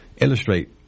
illustrate